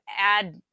add